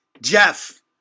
Jeff